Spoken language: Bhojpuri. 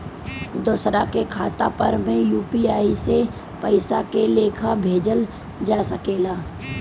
दोसरा के खाता पर में यू.पी.आई से पइसा के लेखाँ भेजल जा सके ला?